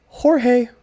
Jorge